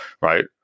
right